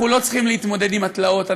אנחנו לא צריכים להתמודד עם התלאות,